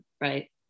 right